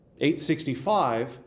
865